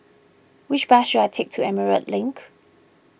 which bus should I take to Emerald Link